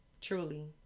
truly